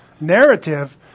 narrative